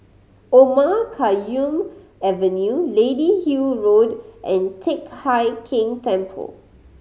Omar Khayyam Avenue Lady Hill Road and Teck Hai Keng Temple